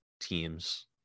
teams